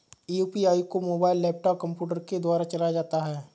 UPI को mobile laptop computer के द्वारा चलाया जाता है